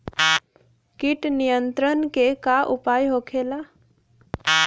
कीट नियंत्रण के का उपाय होखेला?